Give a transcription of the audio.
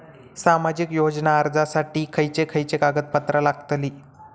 सामाजिक योजना अर्जासाठी खयचे खयचे कागदपत्रा लागतली?